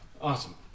awesome